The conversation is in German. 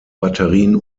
batterien